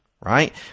right